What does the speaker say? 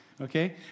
okay